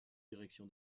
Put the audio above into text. direction